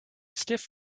stiff